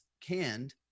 canned